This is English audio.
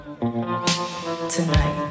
Tonight